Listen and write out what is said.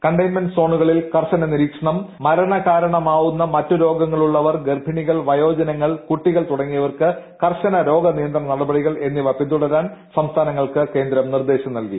containment സോണുകളിൽ കർശന നിരീക്ഷണം മരണ കാരണമാകുന്ന മറ്റ് രോഗമുള്ളവർ ഗർഭിണികൾ വയോജനങ്ങൾ കുട്ടികൾ തുടങ്ങിയവർക്ക് കർശന രോഗ നിയന്ത്രണ നടപടികൾ എന്നിവ പിന്തുടരാൻ സംസ്ഥാനങ്ങൾക്ക് നിർദ്ദേശം നൽകി